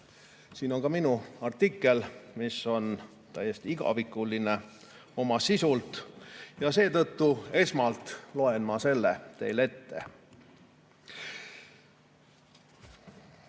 Siin on ka minu artikkel, mis on täiesti igavikuline oma sisult, ja seetõttu esmalt loen ma selle teile